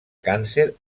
càncer